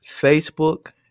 Facebook